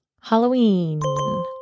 Halloween